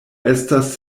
estas